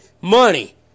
money